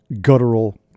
guttural